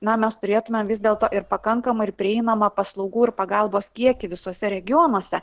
na mes turėtumėm vis dėlto ir pakankamą ir prieinamą paslaugų ir pagalbos kiekį visuose regionuose